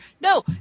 No